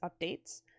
Updates